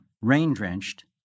rain-drenched